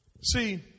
See